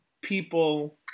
People